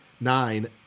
nine